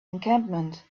encampment